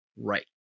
right